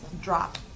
drop